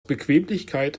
bequemlichkeit